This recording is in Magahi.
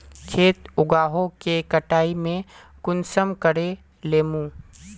खेत उगोहो के कटाई में कुंसम करे लेमु?